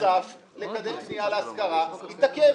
נוסף לקדם בנייה להשכרה יתעכב.